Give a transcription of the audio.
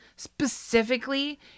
Specifically